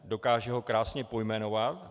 Dokáže ho krásně pojmenovat.